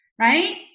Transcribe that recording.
right